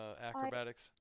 Acrobatics